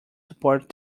support